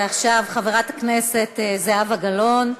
ועכשיו חברת הכנסת זהבה גלאון,